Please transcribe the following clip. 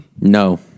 no